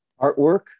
Artwork